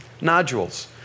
nodules